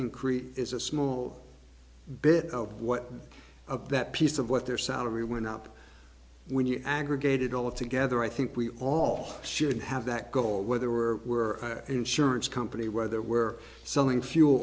increase is a small bit of what of that piece of what their salary went up when you average gated all together i think we all should have that goal whether we're we're insurance company whether we're selling fuel